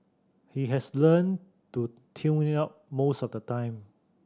he has learnt to tune it out most of the time